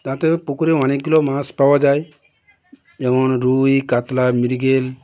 তাতে পুকুরে অনেকগুলো মাছ পাওয়া যায় যেমন রুই কাতলা মৃগেল